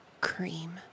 cream